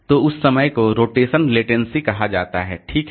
तो उस समय को रोटेशनल लेटेंसी कहा जाता है ठीक है